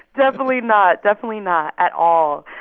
definitely not. definitely not at all.